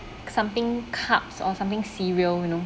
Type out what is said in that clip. something carbs or something cereal you know